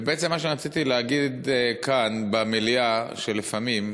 ובעצם מה שאני רציתי להגיד כאן, במליאה, שלפעמים,